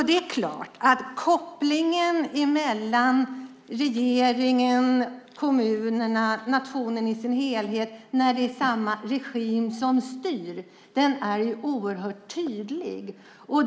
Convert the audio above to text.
Det är klart att kopplingen mellan regeringen, kommunerna och nationen i sin helhet när det är samma regim som styr är oerhört tydlig.